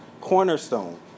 cornerstone